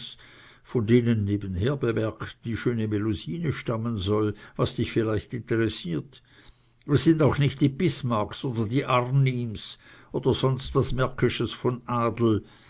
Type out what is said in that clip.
von denen nebenher bemerkt die schöne melusine herstammen soll was dich vielleicht interessiert wir sind auch nicht die bismarcks oder die arnims oder sonst was märkisches von adel